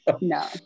No